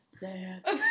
dad